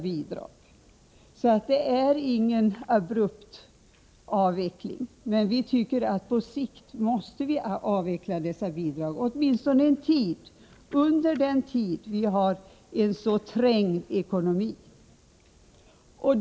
Således är det inte fråga om någon abrupt avveckling, men på sikt måste bidragen avvecklas och vara borta åtminstone under den tid då vi har en så pressad ekonomi.